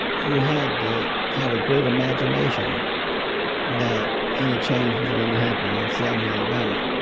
you had to have a great imagination that any change was going to happen in selma, ala um ah